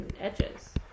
edges